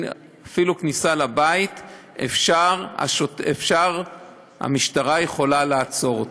אפילו כניסה לבית, המשטרה יכולה לעצור אותו.